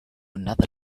another